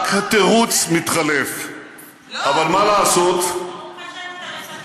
כי חברי האופוזיציה רוצים שאני אעזוב את